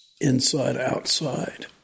inside-outside